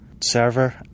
server